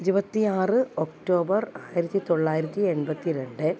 ഇരുപത്തി ആറ് ഒക്ടോബർ ആയിരത്തിത്തൊള്ളായിരത്തി എൺപത്തി രണ്ട്